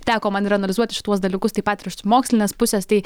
teko man ir analizuoti šituos dalykus tai pat ir iš mokslinės pusės tai